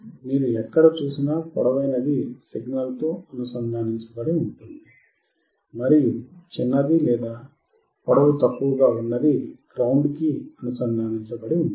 మీరు ఎక్కడ చూసినా పొడవైనది సిగ్నల్తో అనుసంధానించబడి ఉంటుంది మరియు చిన్నది గ్రౌండ్ కి అనుసంధానించబడి ఉంటుంది